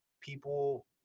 people